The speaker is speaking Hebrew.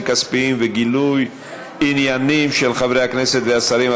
כספיים וגילוי עניינים של חברי הכנסת והשרים,